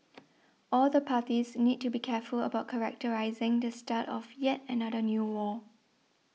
all the parties need to be careful about characterising the start of yet another new war